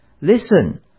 Listen